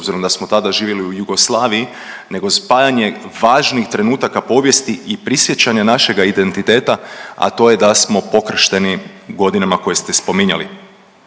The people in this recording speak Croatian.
obzirom da smo tada živjeli u Jugoslaviji nego spajanje važnih trenutaka povijesti i prisjećanja našega identiteta, a to je da smo pokršteni godinama koje ste spominjali.